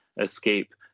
escape